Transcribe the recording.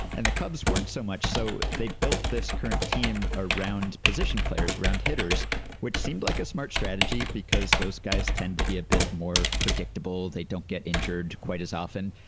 and the cubs weren't so much. so they built this current team around position players around hitters which seemed like a smart strategy because those guys tend to be a bit more predictable. they don't get injured quite as often.